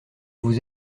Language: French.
vous